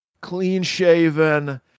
Clean-shaven